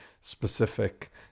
specific